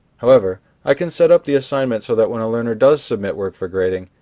however, i can set up the assignment so that when a learner does submit work for grading,